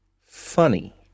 funny